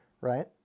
right